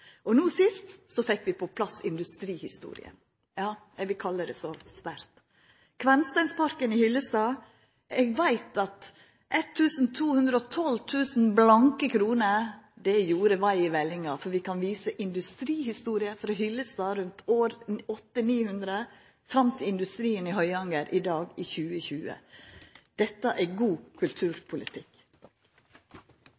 Og no sist fekk vi på plass industrihistorie – ja, eg vil seia det så sterkt. Kvernsteinsparken i Hyllestad: Eg veit at 1 212 000 blanke kroner gjorde vei i vellinga, for vi kan vise industrihistorie i Hyllestad frå rundt 800–900-talet og fram til industrien i Høyanger i dag. Dette er god